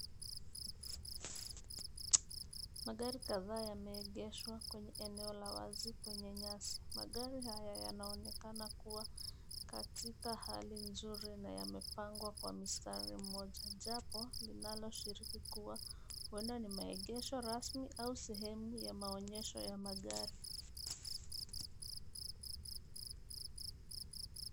Magari kadhaa yameegeshwa kwenye eneo la wazi kwenye nyasi. Magari haya yanaonekana kua katika hali nzuri na yamepangwa kwa mstari mmoja, japo, linaloshiriki kua huenda ni maegesho rasmi au sehemu ya maonyesho ya magari.